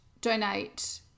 donate